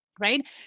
Right